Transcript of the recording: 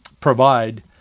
provide